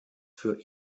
für